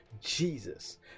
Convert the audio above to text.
Jesus